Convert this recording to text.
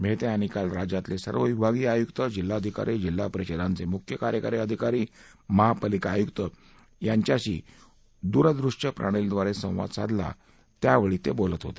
मेहता यांनी काल राज्यातले सर्व विभागीय आयुक्त जिल्हाधिकारी जिल्हा परिषदांचे मुख्य कार्यकारी अधिकारी महापालिका आयुक्त यांच्याशी द्रदृश्यप्रणालीद्वारे संवाद साधला त्यावेळी ते बोलत होते